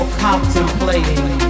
contemplating